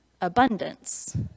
abundance